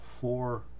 four